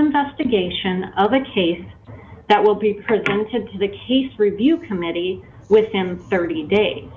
investigation of the case that will be presented to the case review committee within thirty days